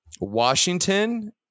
Washington